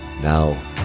now